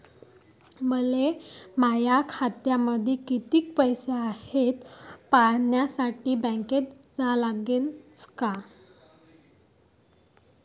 मले माया खात्यामंदी कितीक पैसा हाय थे पायन्यासाठी बँकेत जा लागनच का?